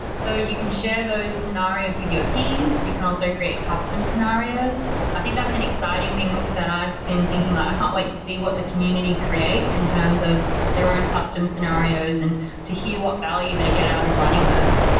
so you can share those scenarios with your team, you can also create custom scenarios i think that's an exciting thing that i've been thinking. i can't wait to see what the community creates in terms of their own custom scenarios and to hear what value they get out of running those